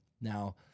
Now